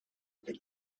get